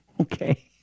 Okay